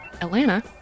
Atlanta